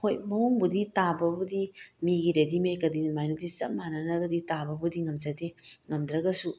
ꯍꯣꯏ ꯃꯑꯣꯡꯕꯨꯗꯤ ꯇꯥꯕꯕꯨꯗꯤ ꯃꯤꯒꯤ ꯔꯦꯗꯤꯃꯦꯠꯀꯗꯤ ꯑꯗꯨꯃꯥꯏꯅꯗꯤ ꯆꯞ ꯃꯥꯟꯅꯔꯒꯗꯤ ꯇꯥꯕꯕꯨꯗꯤ ꯉꯝꯖꯗꯦ ꯉꯝꯗ꯭ꯔꯒꯁꯨ